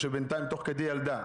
או שבינתיים תוך כדי היא ילדה,